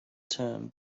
term